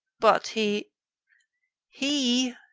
but, he he,